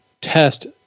test